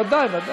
ודאי, ודאי.